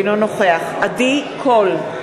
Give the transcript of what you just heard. אינו נוכח עדי קול,